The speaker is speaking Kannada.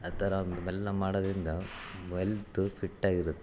ಆಥರ ಅವೆಲ್ಲ ಮಾಡೋದ್ರಿಂದ ಮ್ ಎಲ್ತು ಫಿಟ್ ಆಗಿ ಇರುತ್ತೆ